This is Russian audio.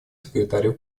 секретарю